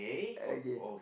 okay